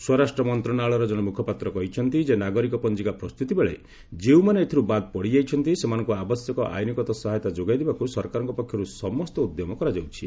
ସ୍ୱରାଷ୍ଟ୍ର ମନ୍ତ୍ରଣାଳୟର ଜଣେ ମୁଖପାତ୍ର କହିଛନ୍ତି ଯେ ନାଗରିକ ପଞ୍ଜିକା ପ୍ରସ୍ତୁତି ବେଳେ ଯେଉଁମାନେ ଏଥିରୁ ବାଦ୍ ପଡ଼ିଯାଇଛନ୍ତି ସେମାନଙ୍କୁ ଆବଶ୍ୟକ ଆଇନଗତ ସହାୟତା ଯୋଗାଇ ଦେବାକୁ ସରକାରଙ୍କ ପକ୍ଷରୁ ସମସ୍ତ ଉଦ୍ୟମ କରାଯାଉଛି